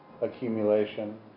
accumulation